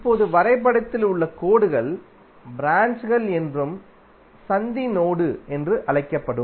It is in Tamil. இப்போது வரைபடத்தில் உள்ள கோடுகள் ப்ராஞ்ச்கள் என்றும் சந்தி நோடு என்றும் அழைக்கப்படும்